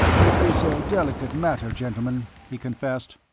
it is a delicate matter, gentlemen, he confessed.